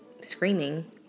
screaming